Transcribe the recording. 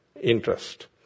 interest